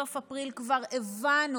בסוף אפריל כבר הבנו